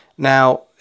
Now